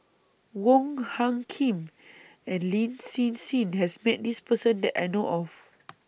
Wong Hung Khim and Lin Hsin Hsin has Met This Person that I know of